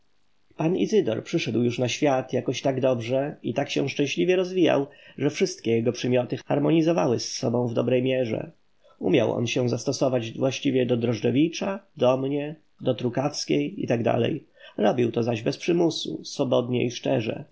pan izydor przyszedł już na świat jakoś tak dobrze i tak się szczęśliwie rozwijał że wszystkie jego przymioty harmonizowały z sobą w dobrej mierze umiał on się zastosować właściwie do drożdżewicza do mnie do trukawskiej i t d robił to zaś bez przymusu swobodnie i szczerze